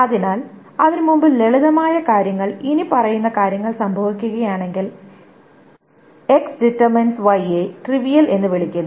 അതിനാൽ അതിനുമുമ്പ് ലളിതമായ കാര്യങ്ങൾ ഇനിപ്പറയുന്ന കാര്യങ്ങൾ സംഭവിക്കുകയാണെങ്കിൽ X Y യെ ട്രിവിയൽ എന്ന് വിളിക്കുന്നു